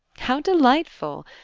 how delightful!